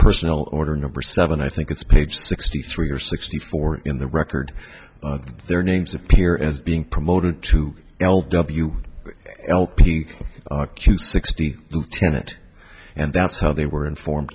personal order number seven i think it's page sixty three or sixty four in the record their names appear as being promoted to l w l p q sixteen lieutenant and that's how they were informed